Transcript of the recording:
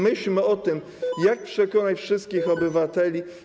Myślmy o tym, jak przekonać wszystkich obywateli.